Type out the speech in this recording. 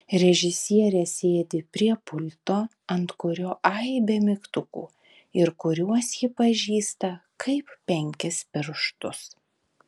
režisierė sėdi prie pulto ant kurio aibė mygtukų ir kuriuos ji pažįsta kaip penkis pirštus